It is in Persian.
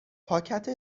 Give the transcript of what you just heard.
پاکت